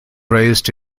raised